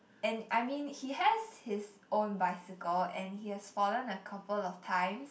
and I mean he has his own bicycle and he has fallen a couple of times